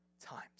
times